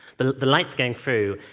the the light's going through.